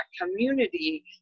community